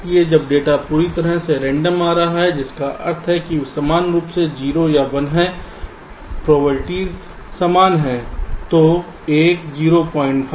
इसलिए जब डेटा पूरी तरह से रेंडम आ रहा है जिसका अर्थ है कि वे समान रूप से 0 या 1 हैं प्रोबबिलिटीज़ समान हैं